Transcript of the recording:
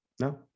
No